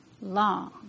long